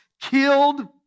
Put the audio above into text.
killed